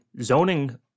zoning